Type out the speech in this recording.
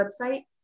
website